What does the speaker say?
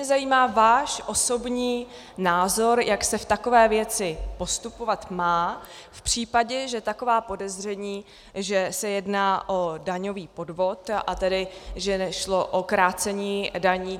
Mě zajímá váš osobní názor, jak se v takové věci postupovat má v případě, že taková podezření, že se jedná o daňový podvod, a tedy že šlo o krácení daní.